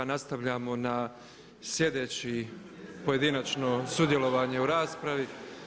Nastavljamo na sljedeći pojedinačno sudjelovanje u raspravi.